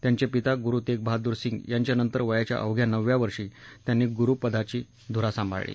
त्यांचे पिता गुरु तेगबहादूर सिंग यांच्या नंतर वयाच्या अवघ्या नवव्या वर्षी त्यांनी गुरुपदाची धुरा सांभाळली